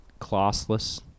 Classless